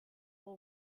for